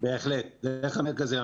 בהחלט, דרך המרכזים.